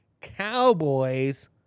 Cowboys